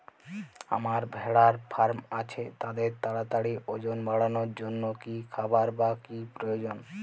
আমার ভেড়ার ফার্ম আছে তাদের তাড়াতাড়ি ওজন বাড়ানোর জন্য কী খাবার বা কী প্রয়োজন?